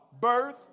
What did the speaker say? Birth